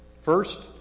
First